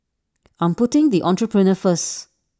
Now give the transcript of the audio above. I'm putting the Entrepreneur First